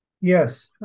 Yes